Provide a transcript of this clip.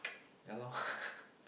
ya lor